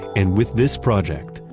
and with this project,